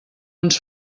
ens